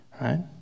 right